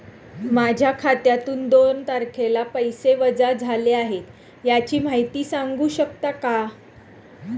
माझ्या खात्यातून दोन तारखेला पैसे वजा झाले आहेत त्याची माहिती सांगू शकता का?